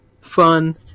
fun